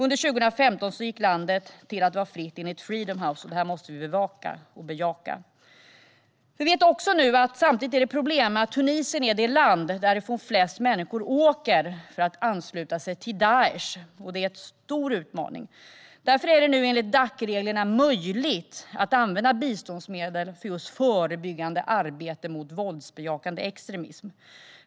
Under 2015 gick landet, enligt Freedom House, över till att vara fritt, och detta måste vi bevaka och bejaka. Samtidigt vet vi att Tunisien är det land dit flest människor åker för att ansluta sig till Daish. Det är en stor utmaning. Därför är det nu enligt Dacreglerna möjligt att använda biståndsmedel för förebyggande arbete mot våldsbejakande extremism.